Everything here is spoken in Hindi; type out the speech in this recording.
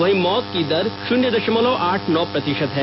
वहीं मौत की दर भारन्य द ामलव आठ नौ प्रति ांत है